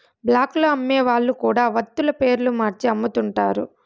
black లో అమ్మే వాళ్ళు కూడా వత్తుల పేర్లు మార్చి అమ్ముతుంటారు